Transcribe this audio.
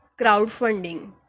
crowdfunding